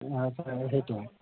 সেইটো